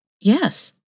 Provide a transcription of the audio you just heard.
Yes